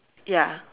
ya